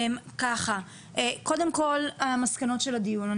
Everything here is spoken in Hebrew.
ככה, קודם כל המסקנות של הדיון.